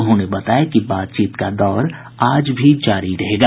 उन्होंने बताया कि बातचीत का दौर आज भी जारी रहेगा